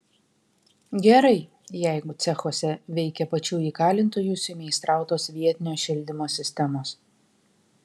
gerai jeigu cechuose veikia pačių įkalintųjų sumeistrautos vietinio šildymo sistemos